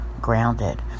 grounded